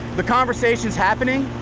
the conversation is happening.